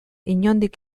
inondik